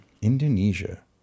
Indonesia